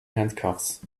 handcuffs